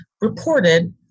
reported